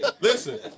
Listen